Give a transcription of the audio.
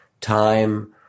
time